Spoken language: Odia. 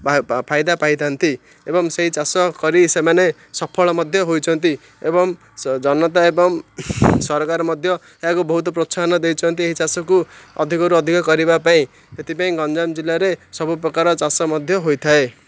ଫାଇଦା ପାଇଥାନ୍ତି ଏବଂ ସେଇ ଚାଷ କରି ସେମାନେ ସଫଳ ମଧ୍ୟ ହୋଇଛନ୍ତି ଏବଂ ଜନତା ଏବଂ ସରକାର ମଧ୍ୟ ଏହାକୁ ବହୁତ ପ୍ରୋତ୍ସାହନ ଦେଇଛନ୍ତି ଏହି ଚାଷକୁ ଅଧିକରୁ ଅଧିକ କରିବା ପାଇଁ ସେଥିପାଇଁ ଗଞ୍ଜାମ ଜିଲ୍ଲାରେ ସବୁପ୍ରକାର ଚାଷ ମଧ୍ୟ ହୋଇଥାଏ